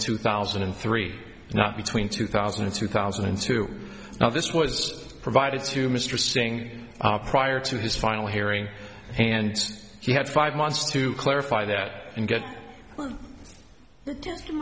two thousand and three not between two thousand and two thousand and two now this was provided to mr singh prior to his final hearing and he had five months to clarify that and get